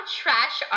trash